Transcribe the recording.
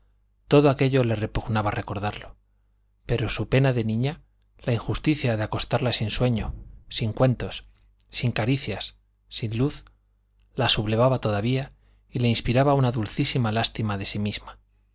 todo aquello le repugnaba recordarlo pero su pena de niña la injusticia de acostarla sin sueño sin cuentos sin caricias sin luz la sublevaba todavía y le inspiraba una dulcísima lástima de sí misma